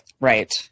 Right